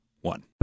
one